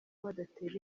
badatera